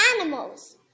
animals